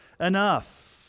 enough